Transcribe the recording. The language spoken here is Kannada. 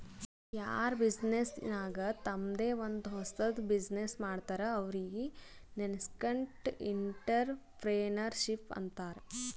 ಯಾರ್ ಬಿಸಿನ್ನೆಸ್ ನಾಗ್ ತಂಮ್ದೆ ಒಂದ್ ಹೊಸದ್ ಬಿಸಿನ್ನೆಸ್ ಮಾಡ್ತಾರ್ ಅವ್ರಿಗೆ ನಸ್ಕೆಂಟ್ಇಂಟರಪ್ರೆನರ್ಶಿಪ್ ಅಂತಾರ್